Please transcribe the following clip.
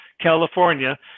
California